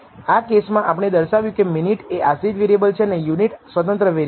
આ કેસમાં આપણે દર્શાવ્યું કે મિનિટ એ આશ્રિત વેરિએબલ છે અને યુનિટ સ્વતંત્ર વેરિએબલ છે